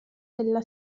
della